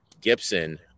Gibson